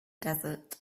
desert